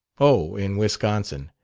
oh, in wisconsin.